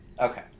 Okay